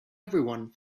everyone